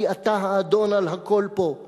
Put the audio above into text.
כי אתה האדון על הכול פה!/